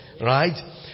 right